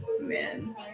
Man